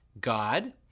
God